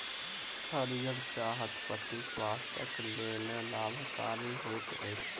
हरीयर चाह पत्ती स्वास्थ्यक लेल लाभकारी होइत अछि